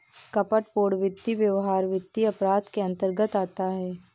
कपटपूर्ण वित्तीय व्यवहार वित्तीय अपराध के अंतर्गत आता है